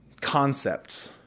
concepts